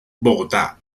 bogotá